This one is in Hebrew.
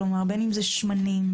בין אם אלה שמנים,